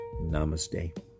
Namaste